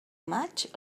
maig